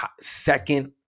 second